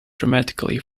dramatically